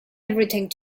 everything